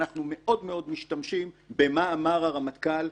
אנחנו מאוד מאוד משתמשים במה אמר הרמטכ"ל,